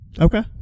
Okay